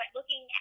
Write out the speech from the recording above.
looking